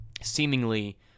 seemingly